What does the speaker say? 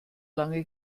lange